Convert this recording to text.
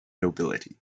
nobility